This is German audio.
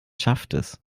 schaftes